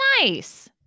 Nice